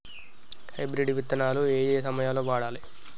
Hybrid విత్తనాలు ఏయే సమయాల్లో వాడాలి?